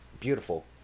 Beautiful